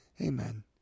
amen